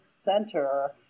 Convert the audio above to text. center